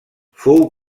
fou